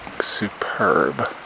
superb